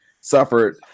suffered